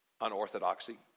unorthodoxy